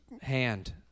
hand